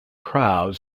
crowd